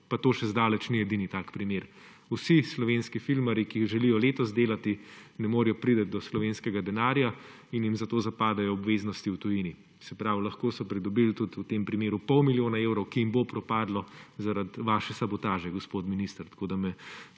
Pa to še zdaleč ni edini tak primer. Vsi slovenski filmarji, ki želijo letos delati, ne morejo priti do slovenskega denarja in jim zato zapadejo obveznosti v tujini. Se pravi, da so lahko pridobili, kot tudi v tem primeru, pol milijona evrov, ki jim bodo propadli zaradi vaše sabotaže, gospod minister. To me